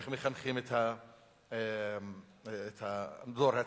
איך מחנכים את הדור הצעיר.